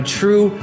true